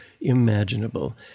imaginable